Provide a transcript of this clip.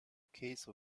case